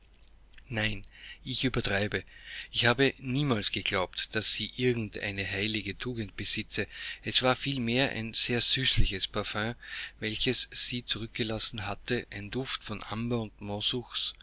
nein ich übertreibe ich habe niemals geglaubt daß sie irgend eine heiligende tugend besitze es war vielmehr ein sehr süßliches parfüm welches sie zurückgelassen hatte ein duft von amber